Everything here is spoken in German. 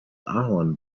ahorn